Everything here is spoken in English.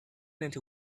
into